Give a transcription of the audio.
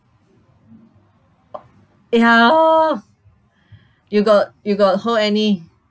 ya loh you got you got hold any